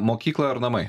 mokykla ar namai